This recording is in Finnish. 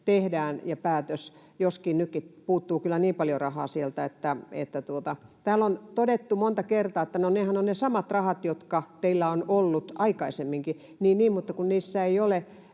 tehdään päätös, joskin nytkin puuttuu kyllä niin paljon rahaa sieltä, että... Täällä on todettu monta kertaa, että no, nehän ovat ne samat rahat, jotka teillä on ollut aikaisemminkin, ja jaettu vain vähän